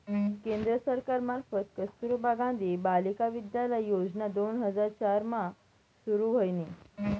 केंद्र सरकार मार्फत कस्तुरबा गांधी बालिका विद्यालय योजना दोन हजार चार मा सुरू व्हयनी